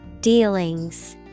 Dealings